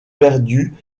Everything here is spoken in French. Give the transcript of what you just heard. perdus